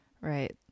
Right